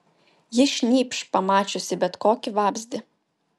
ji šnypš pamačiusi bet kokį vabzdį